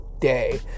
day